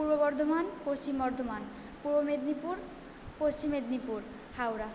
Purba Bardhaman Paschim Bardhaman Purba Medinipur Paschim Medinipur Howrah